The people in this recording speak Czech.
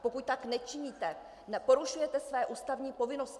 Pokud tak nečiníte, porušujete své ústavní povinnosti.